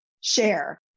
share